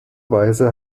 weise